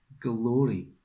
glory